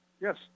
Yes